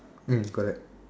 green is correct